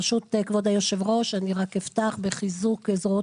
ברשות כבוד היושב-ראש אפתח בחיזוק זרועו